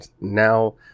now